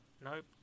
Nope